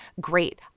great